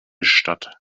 statt